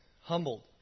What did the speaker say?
humbled